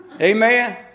Amen